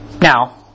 Now